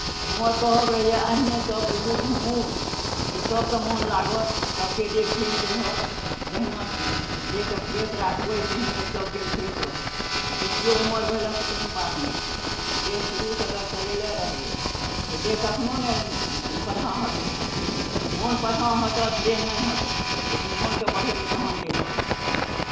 तऽ हमर कहब रहैए अहीँसभ बुलू घुमू जे सभके मोन लागत सभके देह फरेश रहत जहिना देहके फरेश राखबै तहिने सभ दिन फरेश रहब बेसियो उमर भेलए तऽ कोनो बात नहि छै देह शुरूसँ अगर चलयने रहबै तऽ देह कखनहु नहि पाछाँ हटत मोन पाछाँ हटत देह नहि हटत लेकिन मोनकेँ बढ़ेबै तहन देह बढ़त